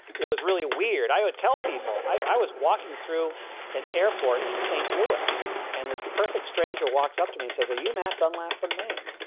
it was really weird. i would tell people i was walking through an airport in saint lewis and this perfect stranger walks up to me and says, are you matt dunlap from maine?